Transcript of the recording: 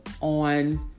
on